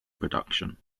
production